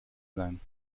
sein